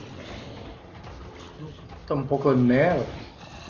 Duvrant ën poc 'd mel